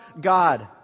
God